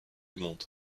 monde